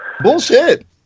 Bullshit